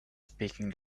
speaking